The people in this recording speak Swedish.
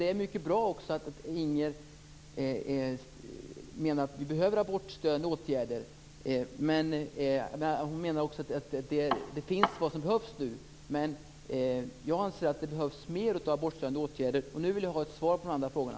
Det är mycket bra att Inger Segelström menar att det behövs stödåtgärder vid abort. Hon menar att det som behövs finns redan. Jag anser att det behövs mer av sådana åtgärder. Nu vill jag ha ett svar på frågorna.